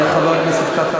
חבר הכנסת כץ,